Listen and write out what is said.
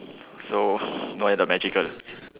so no have the magical